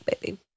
baby